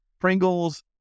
Pringles